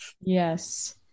Yes